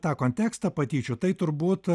tą kontekstą patyčių tai turbūt